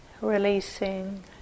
releasing